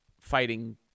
fighting